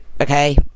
okay